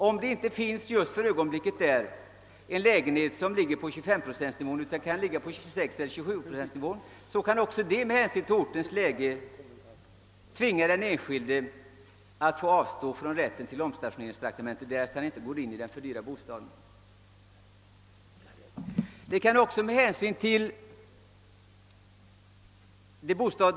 Om det inte just vid detta tillfälle där finns en lägenhet som ligger på 25-procentsnivån utan på 26 eller 27-procentnivån, kan också detta i vissa lägen tvinga den enskilde att avstå från rätten till omstationeringstraktamente, därest han inte accepterar den för honom alltför dyra bostaden.